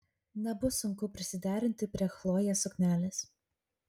nebus sunku prisiderinti prie chlojės suknelės